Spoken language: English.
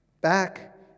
Back